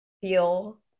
feel